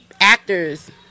actors